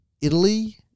Italy